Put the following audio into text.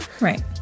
Right